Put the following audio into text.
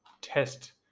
test